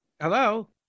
hello